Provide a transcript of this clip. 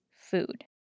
food